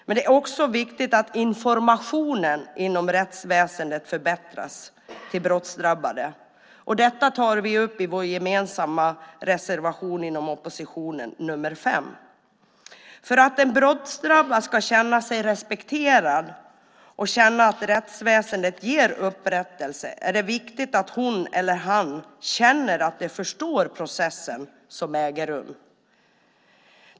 Men det är också viktigt att informationen inom rättsväsendet till brottsdrabbade förbättras. Detta tar vi upp i vår gemensamma reservation från oppositionen, nr 5. För att en brottsdrabbad ska känna sig respekterad och känna att rättsväsendet ger upprättelse är det viktigt att hon eller han känner att de förstår processen som äger rum.